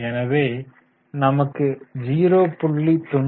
எனவே நமக்கு 0